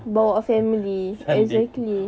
bawa family exactly